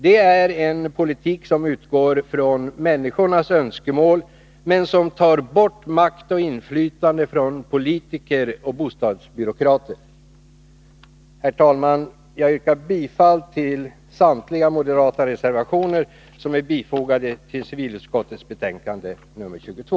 Det är en politik som utgår från människornas önskemål men som tar bort makt och inflytande från politiker och bostadsbyråkrater. Herr talman! Jag yrkar bifall till samtliga moderata reservationer som är fogade till civilutskottets betänkande nr 22.